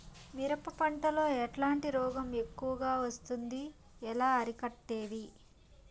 మిరప పంట లో ఎట్లాంటి రోగం ఎక్కువగా వస్తుంది? ఎలా అరికట్టేది?